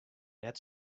net